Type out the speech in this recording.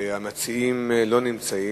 המציעים לא נמצאים.